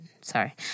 sorry